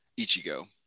Ichigo